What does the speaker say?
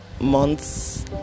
months